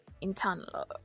internal